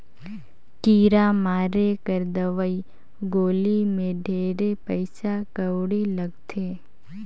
कीरा मारे कर दवई गोली मे ढेरे पइसा कउड़ी लगथे